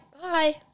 Bye